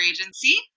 Agency